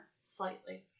slightly